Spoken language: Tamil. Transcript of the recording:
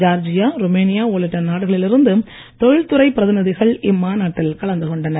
ஜார்ஜியா ருமேனியா உள்ளிட்ட நாடுகளில் இருந்து தொழில்துறை பிரதிநிதிகள் இம்மாநாட்டில் கலந்து கொண்டனர்